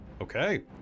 Okay